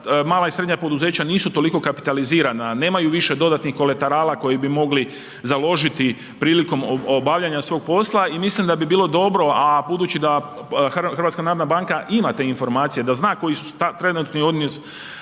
mala i srednja poduzeća nisu toliko kapitalizirana, nemaju više dodatnih kolaterala koji bi mogli založiti prilikom obavljanja svog posla i mislim da bi bilo dobro a budući da HNB ima te informacije, da zna koji je trenutni odnos